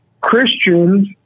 Christians